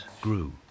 grew